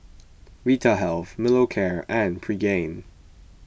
Vitahealth Molicare and Pregain